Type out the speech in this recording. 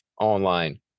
online